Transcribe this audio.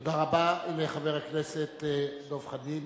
תודה רבה לחבר הכנסת דב חנין.